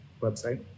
website